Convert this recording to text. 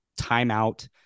timeout